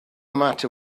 matter